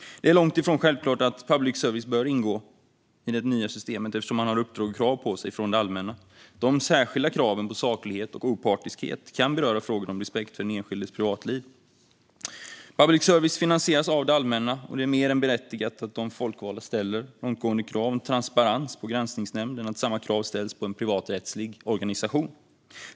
Det är långt ifrån självklart att public service bör ingå i det nya systemet eftersom de har uppdrag och krav på sig från det allmänna. De särskilda kraven på saklighet och opartiskhet kan beröra frågor om respekt för den enskildes privatliv. Public service finansieras av det allmänna, och det är mer berättigat att de folkvalda ställer långtgående krav om transparens på granskningsnämnden än att samma krav ställs på en privaträttslig organisation.